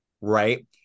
Right